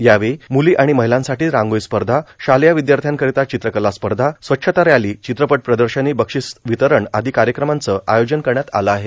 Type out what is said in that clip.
यावेळी म्ली आणि महिलांसाठी रांगोळी स्पर्धा शालेय विदयार्थ्यांकरिता चित्रकला स्पर्धा स्वच्छता रॅली चित्रपट प्रदर्शनी बक्षिस वितरण आदी कार्यक्रमाचं आयोजन करण्यात आलं आहे